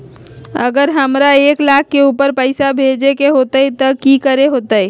अगर हमरा एक लाख से ऊपर पैसा भेजे के होतई त की करेके होतय?